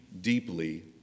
deeply